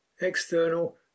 External